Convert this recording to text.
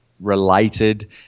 related